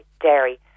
dairy